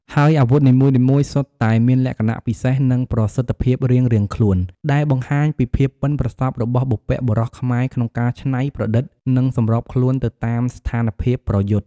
ហើយអាវុធនីមួយៗសុទ្ធតែមានលក្ខណៈពិសេស និងប្រសិទ្ធភាពរៀងៗខ្លួន ដែលបង្ហាញពីភាពប៉ិនប្រសប់របស់បុព្វបុរសខ្មែរក្នុងការច្នៃប្រឌិត និងសម្របខ្លួនទៅតាមស្ថានភាពប្រយុទ្ធ។